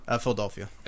Philadelphia